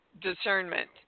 discernment